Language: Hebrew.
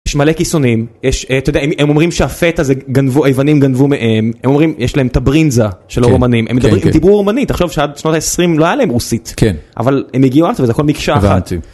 יש מלא כיסונים, יש, אתה יודע, הם אומרים שהפטה היוונים גנבו מהם, הם אומרים, יש להם את הברינזה של הרומנים, הם דיברו רומנית, תחשוב שעד שנות ה-20 לא היה להם רוסית, אבל הם הגיעו ארצה וזה הכל מקשה אחת.